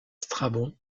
strabon